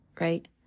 right